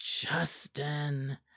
Justin